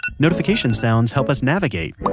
notification sounds help us navigate,